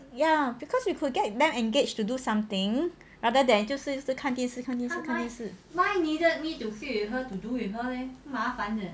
ya because you could get them engaged to do something rather than 就是一直看电视看电视